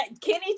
Kenny